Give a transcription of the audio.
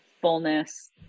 fullness